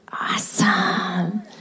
Awesome